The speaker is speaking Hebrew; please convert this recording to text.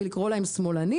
ולקרוא להם - שמאלנים,